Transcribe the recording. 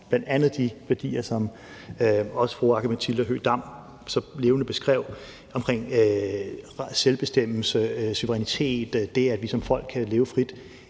bl.a. de værdier, som også fru Aki-Matilda Høegh-Dam så levende beskrev omkring selvbestemmelse, suverænitet, og det, at vi som folk kan leve frit,